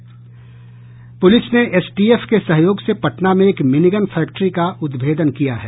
प्रलिस ने एसटीएफ के सहयोग से पटना में एक मिनीगन फैक्ट्री का उद्भेदन किया है